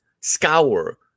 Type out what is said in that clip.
scour